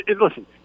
Listen